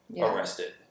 arrested